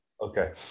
okay